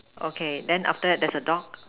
okay then after that there's a dog